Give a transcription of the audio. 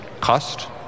cost